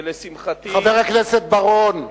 ולשמחתי, חבר הכנסת בר-און,